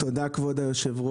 תודה היו"ר.